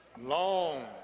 long